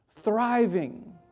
thriving